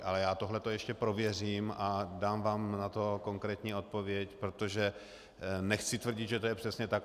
Ale já tohleto ještě prověřím a dám vám na to konkrétní odpověď, protože nechci tvrdit, že to je přesně tak.